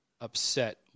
upset